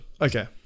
Okay